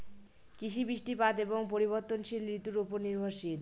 কৃষি বৃষ্টিপাত এবং পরিবর্তনশীল ঋতুর উপর নির্ভরশীল